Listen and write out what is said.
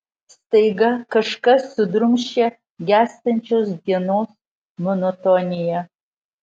staiga kažkas sudrumsčia gęstančios dienos monotoniją